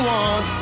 one